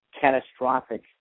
catastrophic